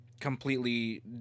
completely